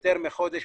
יותר מחודש